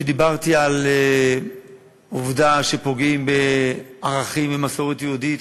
שדיברתי על העובדה שפוגעים בערכים ובמסורת יהודית,